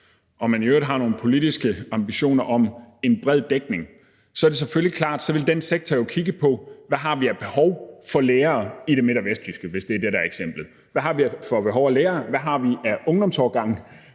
og der i øvrigt er nogle politiske ambitioner om en bred dækning, at det så selvfølgelig er klart, at man i den sektor vil kigge på, hvad for et behov for lærere der er i det midt- og vestjyske – hvis det er det, der er eksemplet – hvad man har af ungdomsårgange,